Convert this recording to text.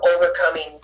overcoming